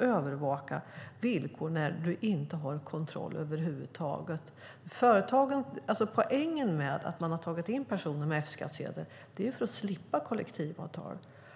övervaka villkor när man inte har kontroll över huvud taget. Anledningen till att man har tagit in personer med F-skattsedel är att man vill slippa kollektivavtal.